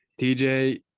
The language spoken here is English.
TJ